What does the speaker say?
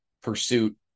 pursuit